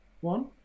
one